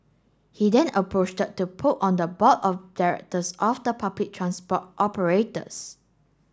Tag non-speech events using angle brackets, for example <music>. he then <unintelligible> to poke on the board of directors of the public transport operators